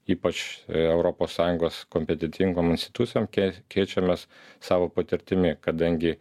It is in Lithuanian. ypač europos sąjungos kompetentingom institucijom kei keičiamės savo patirtimi kadangi